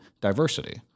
diversity